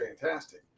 fantastic